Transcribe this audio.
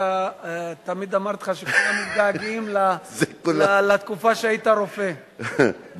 תמיד אמרתי לך שכולם מתגעגעים לתקופה שהיית רופא,